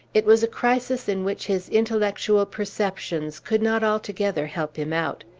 it was a crisis in which his intellectual perceptions could not altogether help him out.